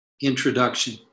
Introduction